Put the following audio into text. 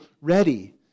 ready